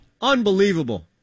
Unbelievable